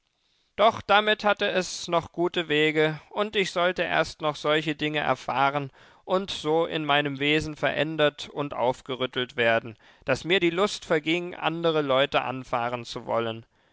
doch damit hatte es noch gute wege und ich sollte erst noch solche dinge erfahren und so in meinem wesen verändert und aufgerüttelt werden daß mir die lust verging andere leute anfahren zu wollen